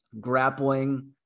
grappling